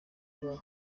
babo